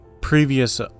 previous